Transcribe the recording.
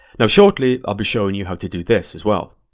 now shortly, i'll be showing you how to do this as well.